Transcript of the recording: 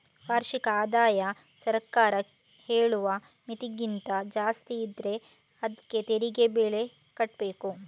ವಾರ್ಷಿಕ ಆದಾಯ ಸರ್ಕಾರ ಹೇಳುವ ಮಿತಿಗಿಂತ ಜಾಸ್ತಿ ಇದ್ರೆ ಅದ್ಕೆ ತೆರಿಗೆ ಬೇರೆ ಕಟ್ಬೇಕು